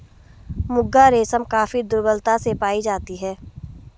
मुगा रेशम काफी दुर्लभता से पाई जाती है